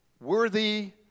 worthy